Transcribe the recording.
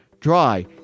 dry